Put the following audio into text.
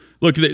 look